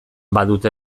badute